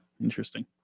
interesting